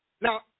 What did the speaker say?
Now